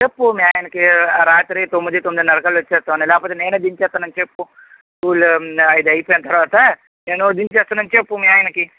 చెప్పు మీ ఆయనకీ రాత్రి తొమ్మిది తొమ్మిదన్నరకల్లా వచ్చేస్తామని లేకపోతే నేనే దింపేస్తానని చెప్పు స్కూలు ఐదు అయిపోయిన తర్వాత నేను దించేస్తానని చెప్పు మీ ఆయనకీ